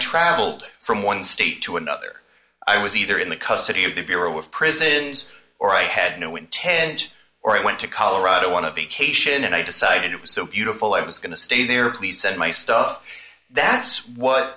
traveled from one state to another i was either in the custody of the bureau of prisons or i had no intent or i went to colorado one of the cation and i decided it was so beautiful i was going to stay there please send my stuff that's what